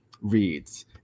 reads